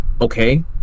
Okay